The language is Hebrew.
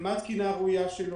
ומה התקינה הראויה שלנו,